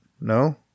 no